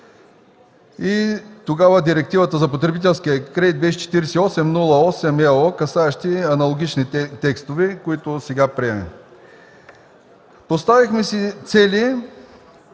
Тогава Директивата за потребителския кредит беше 48/08/ЕО касаеща аналогични текстове, които сега приемаме. Поставихме си цели,